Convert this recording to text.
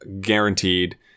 Guaranteed